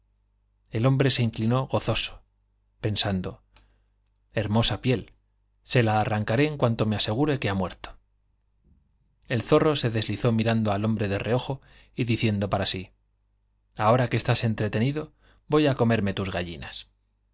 el hombre se inclinó gozoso pensando hermosa piel se la arrancaré en cuanto me asegure que ha muerto el zorro se deslizó mirando al hombre de reojo y diciendo para sí ahora que estás entretenido voy á comerme tus gallinas